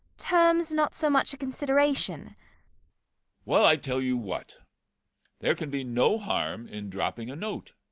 terms not so much a consideration well, i tell you what there can be no harm in dropping a note.